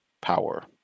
power